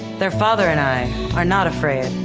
their father and i are not afraid.